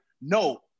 No